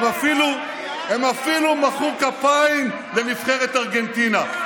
הם אפילו מחאו כפיים לנבחרת ארגנטינה.